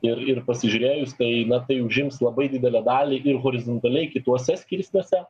ir ir pasižiūrėjus tai na tai užims labai didelę dalį ir horizontaliai kituose skirsniuose